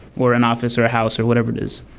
or an officer, or a house, or whatever it is.